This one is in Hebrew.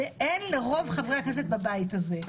שאין לרוב חברי הכנסת בבית הזה.